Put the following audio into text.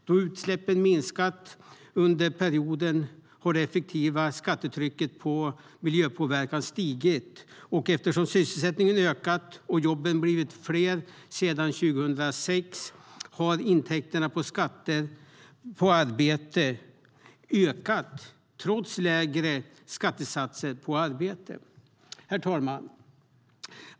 Då utsläppen har minskat under perioden har det effektiva skattetrycket på miljöpåverkan stigit, och eftersom sysselsättningen har ökat och jobben har blivit fler sedan 2006 har intäkterna från skatter på arbete ökat trots lägre skattesatser på arbete. Herr talman!